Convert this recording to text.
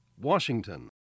Washington